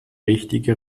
richtige